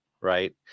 right